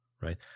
right